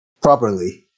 properly